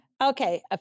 Okay